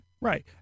Right